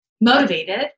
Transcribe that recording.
motivated